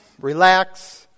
Relax